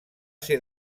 ser